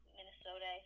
Minnesota